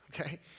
okay